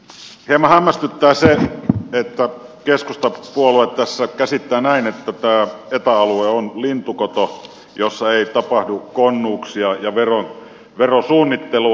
hieman hämmästyttää se että keskustapuolue tässä käsittää näin että tämä eta alue on lintukoto jossa ei tapahdu konnuuksia ja verosuunnittelua